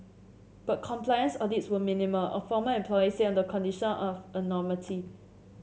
but compliance audits were minimal a former employee said on the condition of anonymity